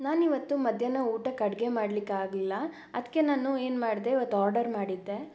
ನಾನು ಇವತ್ತು ಮಧ್ಯಾಹ್ನ ಊಟಕ್ಕೆ ಅಡುಗೆ ಮಾಡ್ಲಿಕ್ಕೆ ಆಗಲಿಲ್ಲ ಅದಕ್ಕೆ ನಾನು ಏನು ಮಾಡಿದೆ ಇವತ್ತು ಆರ್ಡರ್ ಮಾಡಿದ್ದೆ